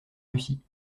russie